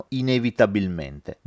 inevitabilmente